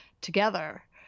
together